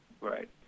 Right